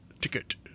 Ticket